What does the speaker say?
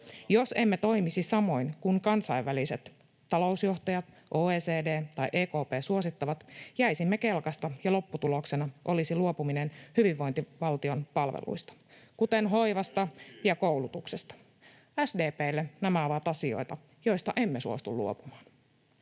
Jos emme toimisi samoin kuin kansainväliset talousjohtajat, OECD tai EKP suosittavat, jäisimme kelkasta, ja lopputuloksena olisi luopuminen hyvinvointivaltion palveluista, kuten hoivasta ja koulutuksesta. SDP:lle nämä ovat asioita, joista emme suostu luopumaan.